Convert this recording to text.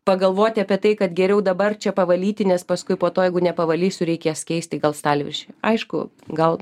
pagalvoti apie tai kad geriau dabar čia pavalyti nes paskui po to jeigu nepavalysiu reikės keisti gal stalviršį aišku gal